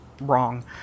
wrong